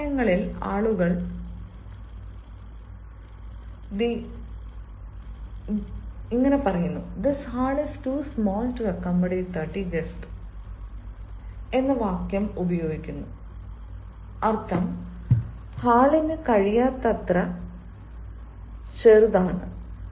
ചില സമയങ്ങളിൽ ആളുകൾ this hall is too small to accommodate thirty guests this hall is too small to accommodate thirty guests എന്ന വാക്യങ്ങളും ഉപയോഗിക്കുന്നു അർത്ഥം ഹാളിന് കഴിയാത്തത്ര ചെറുതാണ്